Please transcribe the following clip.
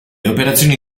operazioni